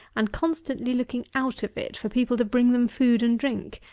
and constantly looking out of it for people to bring them food and drink,